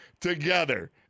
together